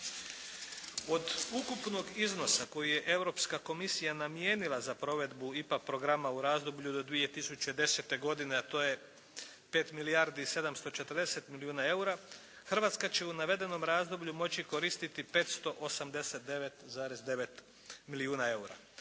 Od ukupnog iznosa koji je Europska komisija namijenila za provedbu IPA programa u razdoblju do 2010. godine a to je 5 milijardi i 740 milijuna eura, Hrvatska će u navedenom razdoblju moći koristiti 589,9 milijuna eura.